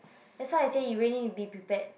that's why I say you really will be prepared